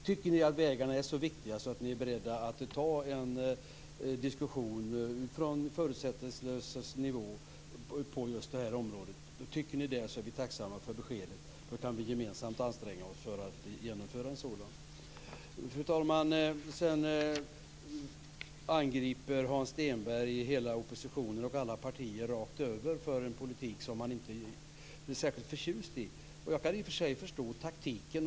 Tycker ni att vägarna är så viktiga att ni är beredda att ta en förutsättningslös diskussion just på detta område? Tycker ni det är vi tacksamma för besked. Då kan vi gemensamt anstränga oss för att genomföra en sådan. Fru talman! Sedan angriper Hans Stenberg hela oppositionen och alla partier rakt över för en politik som han inte är särskilt förtjust i. Jag kan i och för sig förstå taktiken.